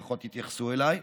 לפחות התייחסו אליי.